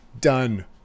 Done